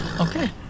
Okay